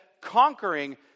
conquering